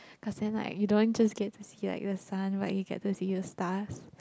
cause then like you don't just get to see like the sun while you get to the staffs